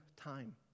time